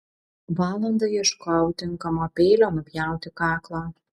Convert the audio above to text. valandą ieškojau tinkamo peilio nupjauti kaklą